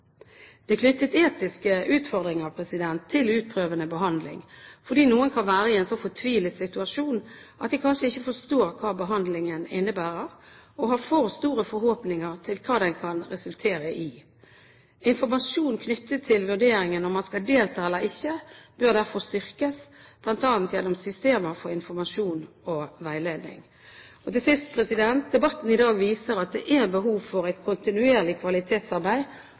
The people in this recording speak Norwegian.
er knyttet etiske utfordringer til utprøvende behandling fordi noen kan være i en så fortvilet situasjon at de kanskje ikke forstår hva behandlingen innebærer, og har for store forhåpninger til hva den kan resultere i. Informasjon knyttet til vurderingen om man skal delta eller ikke, bør derfor styrkes, bl.a. gjennom systemer for informasjon og veiledning. Debatten i dag viser at det er behov for et kontinuerlig kvalitetsarbeid